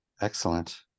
Excellent